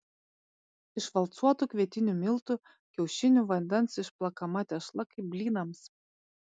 iš valcuotų kvietinių miltų kiaušinių vandens išplakama tešla kaip blynams